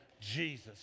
Jesus